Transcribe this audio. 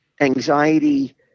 anxiety